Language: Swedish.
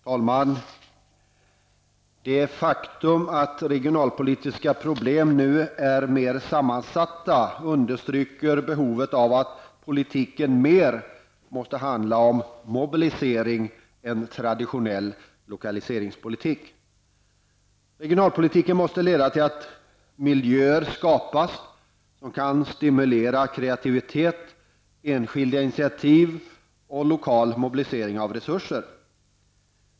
Herr talman! Det faktum att regionalpolitiska problem nu är mer sammansatta understryker behovet av att politiken mer måste handla om ''mobilisering'' än traditionell lokaliseringspolitik. Regionalpolitiken måste leda till att miljöer skapas, som kan stimulera kreativitet, enskilda initiativ och lokal mobilisering av resurser.